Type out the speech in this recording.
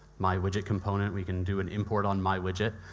my widget component, we can do an import on my widget.